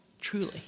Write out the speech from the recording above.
truly